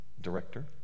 director